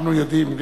אנחנו יודעים.